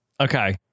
okay